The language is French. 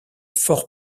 fort